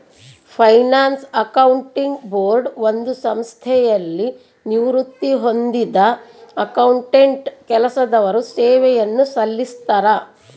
finance accounting board ಒಂದು ಸಂಸ್ಥೆಯಲ್ಲಿ ನಿವೃತ್ತಿ ಹೊಂದಿದ್ದ ಅಕೌಂಟೆಂಟ್ ಕೆಲಸದವರು ಸೇವೆಯನ್ನು ಸಲ್ಲಿಸ್ತರ